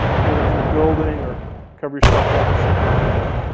get into a building or cover yourself up or something like that.